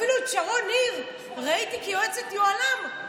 אפילו את שרון ניר ראיתי כיועצת יוהל"ם,